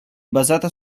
basata